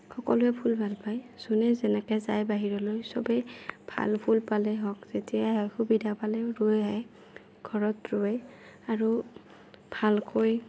সকলোৱে ফুল ভাল পায় যোনে যেনেকে যায় বাহিৰলৈ চবে ভাল ফুল পালে হওক যেতিয়াই হওক সুবিধা পালেই লৈ আহে ঘৰত ৰোৱে আৰু ভালকৈ